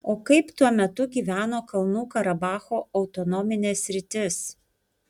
o kaip tuo metu gyveno kalnų karabacho autonominė sritis